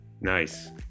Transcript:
Nice